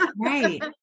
right